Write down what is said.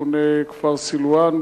המכונה "כפר סילואן",